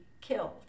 killed